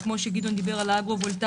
כפי שגדעון דיבר על האגרו-וולטאי,